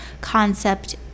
concept